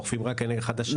אוכפים רק כנגד חדשה.